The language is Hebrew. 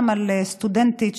אל תיתנו לנו לרוץ במדרגות.